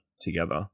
together